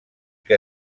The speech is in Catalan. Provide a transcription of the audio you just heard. que